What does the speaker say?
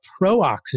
pro-oxidant